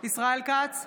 ישראל כץ,